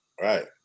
Right